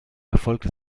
erfolgte